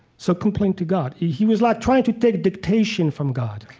so complain to god. he was like trying to take dictation from god